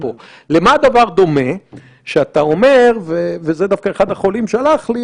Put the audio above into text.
למה לפגוע בפרנסה של אנשים כשאין שום הצדקה?